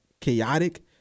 chaotic